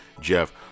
Jeff